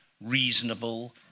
reasonable